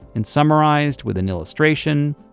and summarized with an illustration,